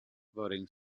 voting